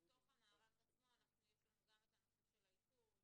בתוך המערך עצמו יש לנו גם את הנושא של האיתור,